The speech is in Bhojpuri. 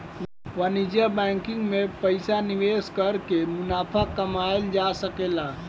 वाणिज्यिक बैंकिंग में पइसा निवेश कर के मुनाफा कमायेल जा सकेला